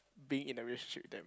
being in a relationship with them